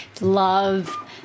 love